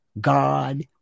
God